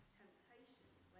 temptations